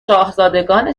شاهزادگان